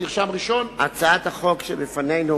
הצעת החוק שלפנינו